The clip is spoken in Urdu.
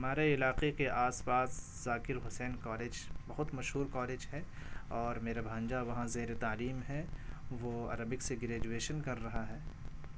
ہمارے علاقے کے آس پاس ذاکر حسین کالج بہت مشہور کالج ہے اور میرا بھانجا وہاں زیر تعلیم ہے وہ عربک سے گریجویشن کر رہا ہے